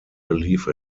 believe